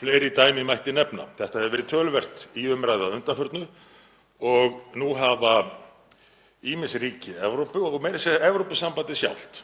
Fleiri dæmi mætti nefna. Þetta hefur verið töluvert í umræðu að undanförnu og nú hafa ýmis ríki Evrópu og meira að segja Evrópusambandið sjálft